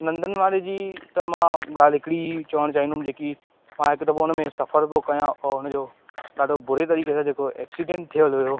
नंदन वारे जी त मां ॻाल्हि हिकिड़ी ई चवण चाहींदुमि जेकी मां हिक दफ़ो हुनमें सफ़र पोइ कयां और हुनजो ॾाढो बुरे तरीक़े सां जेको एक्सीडेंट थियलु हुयो